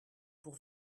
pour